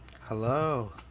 Hello